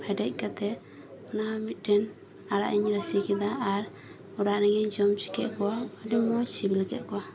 ᱦᱮᱰᱮᱡ ᱠᱟᱛᱮᱫ ᱚᱱᱟ ᱢᱤᱫᱴᱮᱱ ᱟᱲᱟᱜ ᱤᱧ ᱨᱟᱥᱮ ᱠᱮᱫᱟ ᱟᱨ ᱚᱲᱟᱜ ᱨᱮᱜᱮᱧ ᱡᱚᱢ ᱚᱪᱚ ᱠᱮᱫ ᱠᱚᱣᱟ ᱟᱹᱰᱤ ᱢᱚᱸᱡᱽ ᱥᱤᱵᱤᱞ ᱠᱮᱫ ᱠᱚᱣᱟ